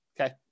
Okay